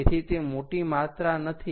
તેથી તે મોટી માત્રા નથી